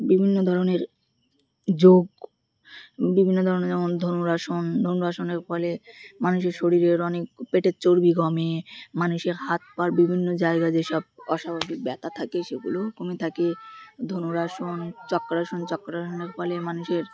বিভিন্ন ধরনের যোগ বিভিন্ন ধরনের যেমন ধনুরাসন ধনুরাসনের ফলে মানুষের শরীরের অনেক পেটের চর্বি কমে মানুষের হাত পার বিভিন্ন জায়গা যেসব অস্বাভাবিক ব্যথা থাকে সেগুলোও কমে থাকে ধনুরাসন চক্রাসন চক্রাসনের ফলে মানুষের